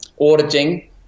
auditing